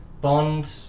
bond